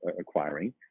acquiring